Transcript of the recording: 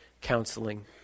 counseling